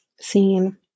scene